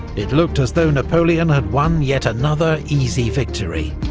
it looked as though napoleon had won yet another easy victory.